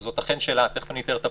אלה אכן שאלות ואני אתן את הפרטים.